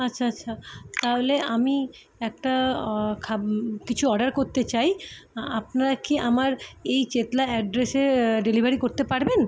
আচ্ছা আচ্ছা তাহলে আমি একটা খাব কিছু অর্ডার করতে চাই আ আপনারা কি আমার এই চেতলা অ্যাড্রেসে ডেলিভারি করতে পারবেন